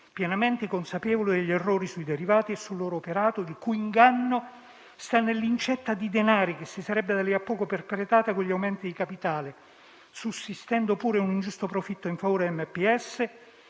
pienamente consapevoli degli errori sui derivati e sul loro operato, il cui inganno sta nell'incetta di denari che si sarebbe da lì a poco perpetrata con gli aumenti di capitale, sussistendo pure un ingiusto profitto in favore di MPS,